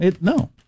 No